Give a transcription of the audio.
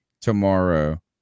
tomorrow